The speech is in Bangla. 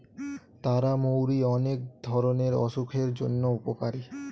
তারা মৌরি অনেক ধরণের অসুখের জন্য উপকারী